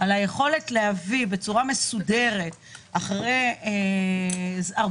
על היכולת להביא בצורה מסודרת אחרי הרבה